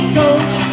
coach